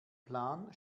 plan